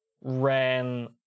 ran